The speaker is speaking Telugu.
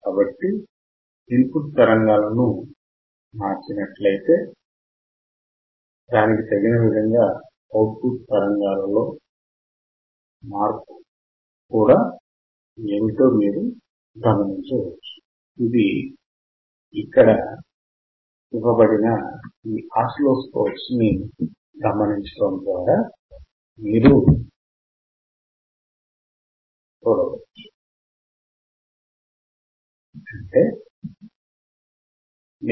కాబట్టి ఇన్ పుట్ తరంగాలను మార్చండి మరియు అవుట్ పుట్ తరంగాలలో లో మార్పు ఏమిటో గమనించండి